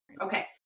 Okay